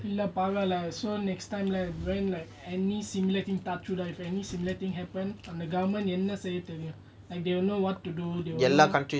இல்லபரவால்ல:ulla paravala so next time like when like any similar thing any similar thing happen and the government என்னசெய்யதெரியும்:enna seyya therium like they will know what to do they will know